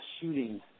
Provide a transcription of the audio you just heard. shooting